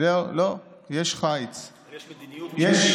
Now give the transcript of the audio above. יש מדיניות משפטית.